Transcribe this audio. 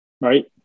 right